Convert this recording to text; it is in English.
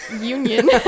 union